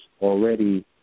already